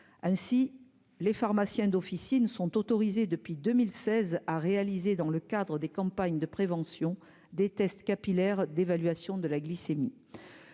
ainsi les pharmaciens d'officine sont autorisés depuis 2016 a réalisé dans le cadre des campagnes de prévention des tests capillaires d'évaluation de la glycémie,